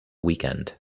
weekend